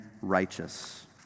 righteous